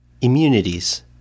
Immunities